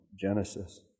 Genesis